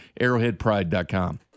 arrowheadpride.com